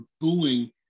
booing